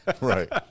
Right